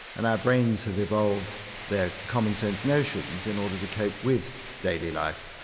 and our brains have evolved their common-sense notions in order to cope with daily life.